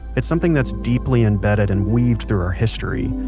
it's something that's deeply embedded and weaved through our history.